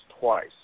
twice